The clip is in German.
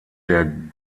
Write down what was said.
der